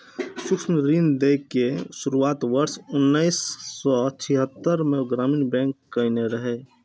सूक्ष्म ऋण दै के शुरुआत वर्ष उन्नैस सय छिहत्तरि मे ग्रामीण बैंक कयने रहै